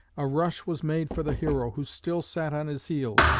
a rush was made for the hero, who still sat on his heels.